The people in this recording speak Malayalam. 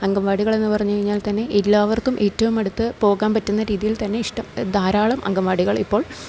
അംഗന്വാടികൾ എന്നു പറഞ്ഞുകഴിഞ്ഞാൽത്തന്നെ എല്ലാവർക്കും ഏറ്റവും അടുത്തു പോകാൻ പറ്റുന്ന രീതിയിൽത്തന്നെ ഇഷ്ടം ധാരാളം അംഗന്വാടികൾ ഇപ്പോൾ